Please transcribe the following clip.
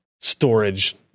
storage